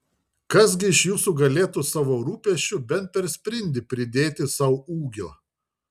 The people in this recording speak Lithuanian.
kas gi iš jūsų galėtų savo rūpesčiu bent per sprindį pridėti sau ūgio